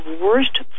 worst